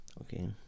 Okay